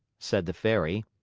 said the fairy,